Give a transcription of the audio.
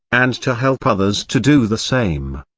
and to help others to do the same.